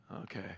Okay